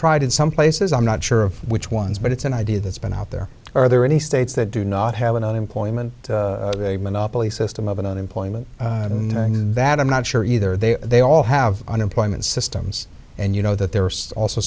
tried in some places i'm not sure of which ones but it's an idea that's been out there are there any states that do not have an unemployment monopoly system of an unemployment that i'm not sure either they they all have unemployment systems and you know that there are also